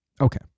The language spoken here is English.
Okay